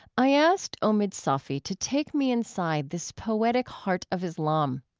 i asked omid safi to take me inside this poetic heart of islam.